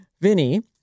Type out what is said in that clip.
Vinny